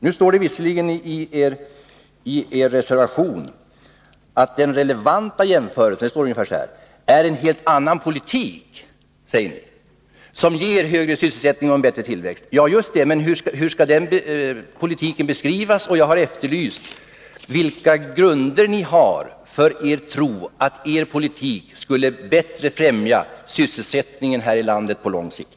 Det står visserligen i er reservation att den relevanta jämförelsen gäller en helt annan politik som — säger ni — ger högre sysselsättning och bättre tillväxt. Ja, just det. Men hur skall den politiken beskrivas? Jag har efterlyst vilka grunder ni har för er tro att er politik bättre skulle främja sysselsättningen här i landet på lång sikt.